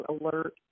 alert